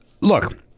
Look